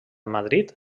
madrid